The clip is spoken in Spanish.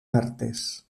artes